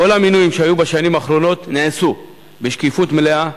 כל המינויים שהיו בשנים האחרונות נעשו בשקיפות מלאה,